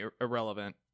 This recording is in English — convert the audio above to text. irrelevant